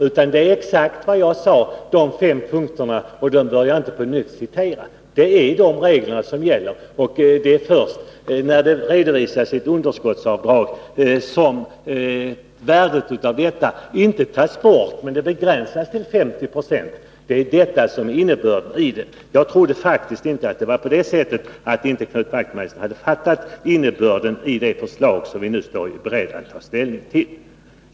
Det är också exakt som jag sade tidigare beträffande de fem punkterna — jag skall inte upprepa dessa här, men det är de reglerna som gäller. Det är först när ett underskottsavdrag redovisas som värdet av detta begränsas till 50 96 — det räknas alltså inte bort. Det är innebörden av det aktuella förslaget. Jag trodde faktiskt inte att Knut Wachtmeister inte hade fattat innebörden av det förslag som vi nu är i färd med att ta ställning till.